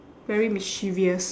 very mischievous